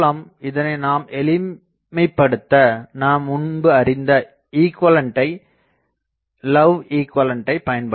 இதனை நாம் எளிமைபடுத்த நாம் முன்பு அறிந்த லவ் ஈகுவலண்டை Love's equivalentபயன்படுத்தலாம்